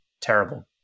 terrible